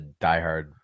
diehard